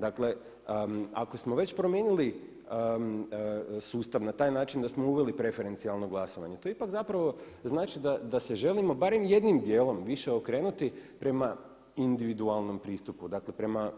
Dakle, ako smo već promijenili sustav na taj način da smo uveli preferencijalno glasovanje to ipak zapravo znači da se želimo barem jednim dijelom više okrenuti prema individualnom pristupu, dakle prema